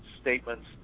statements